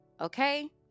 okay